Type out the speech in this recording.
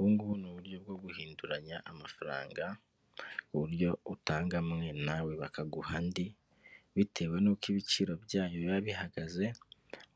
Ubu ngubu ni uburyo bwo guhinduranya amafaranga ku buryo utanga amwe nawe bakaguha andi bitewe n'uko ibiciro byayo biba bihagaze,